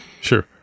Sure